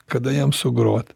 kada jam sugrot